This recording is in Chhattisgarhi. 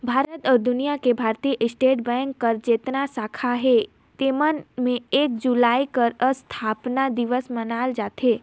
भारत अउ दुनियां में भारतीय स्टेट बेंक कर जेतना साखा अहे तेमन में एक जुलाई के असथापना दिवस मनाल जाथे